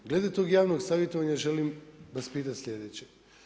Glede tog javnog savjetovanja želim vas pitati sljedeće.